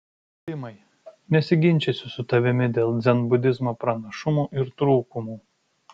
timai nesiginčysiu su tavimi dėl dzenbudizmo pranašumų ir trūkumų